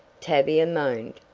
tavia moaned,